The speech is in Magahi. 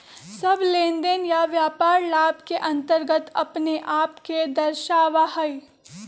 सब लेनदेन या व्यापार लाभ के अन्तर्गत अपने आप के दर्शावा हई